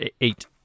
eight